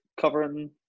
covering